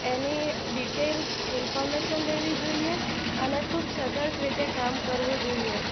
એની details information લેવી જોઈએ આને ખૂબ સતર્ક રીતે કામ કરવું જોઈએ